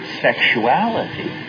sexuality